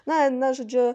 na na žodžiu